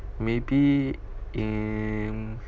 maybe mm